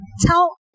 tell